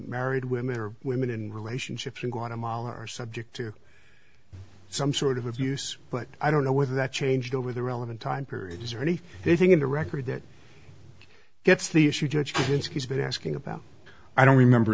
married women or women in relationships in guatemala are subject to some sort of abuse but i don't know whether that changed over the relevant time period is really the thing in the record that gets the issue judgments he's been asking about i don't remember